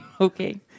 Okay